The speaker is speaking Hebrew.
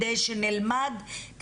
נלמד,